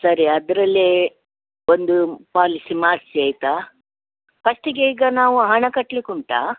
ಸರಿ ಅದರಲ್ಲೆ ಒಂದು ಪಾಲಿಸಿ ಮಾಡಿಸಿ ಆಯಿತಾ ಫಸ್ಟಿಗೆ ಈಗ ನಾವು ಹಣ ಕಟ್ಲಿಕೆ ಉಂಟಾ